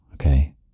okay